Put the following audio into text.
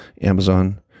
Amazon